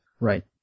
Right